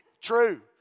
true